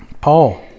Paul